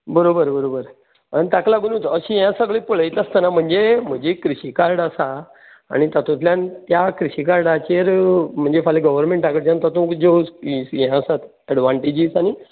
बरोबर बरोबर आनी ताका लागुनूत अशें सगलें पळयता आसतना म्हणजे म्हजी क्रिशी कार्ड आसा आनी तातूंतल्यान त्या क्रिशी कार्डाचेर म्हणजे फाल्यां गव्हरमेन्टा कडल्यान ताचो उद्दोग यें आसा एडवान्टेजीस आनी